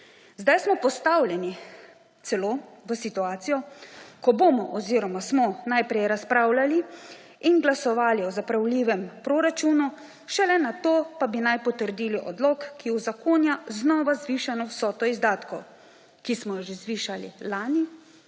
Zdaj smo postavljeni celo v situacijo, ko bomo oziroma smo najprej razpravljali in glasovali o zapravljivem proračunu, šele nato pa naj bi potrdili odlok, ki uzakonja znova zvišano vsoto izdatkov, ki smo jo zvišali že lani